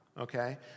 okay